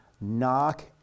Knock